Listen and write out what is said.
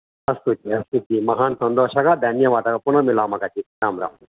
अस्तु जि अस्तु जि महान् सन्तोषः दन्यवादः पुनर्मिलामः जि रां राम्